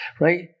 Right